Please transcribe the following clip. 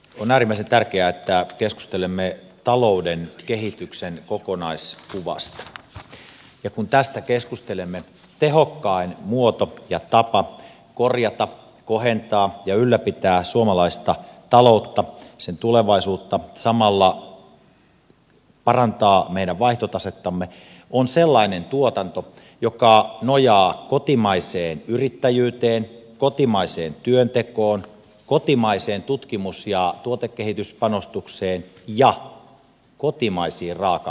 on äärimmäisen tärkeää että keskustelemme talouden kehityksen kokonaiskuvasta ja kun tästä keskustelemme tehokkain muoto ja tapa korjata kohentaa ja ylläpitää suomalaista taloutta sen tulevaisuutta samalla parantaa meidän vaihtotasettamme on sellainen tuotanto joka nojaa kotimaiseen yrittäjyyteen kotimaiseen työntekoon kotimaiseen tutkimus ja tuotekehityspanostukseen ja kotimaisiin raaka aineisiin